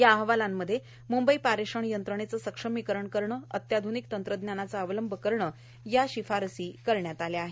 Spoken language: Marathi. या अहवालांमध्ये मुंबई पारेषण यंत्रणेचे सक्षमीकरण करणे अत्याध्निक तंत्रज्ञानाचा अवलंब करणे इत्यादी शिफारशी करण्यात आलेल्या आहेत